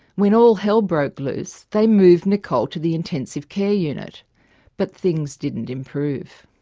when all hell broke loose they moved nichole to the intensive care unit but things didn't improve.